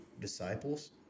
disciples